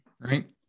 right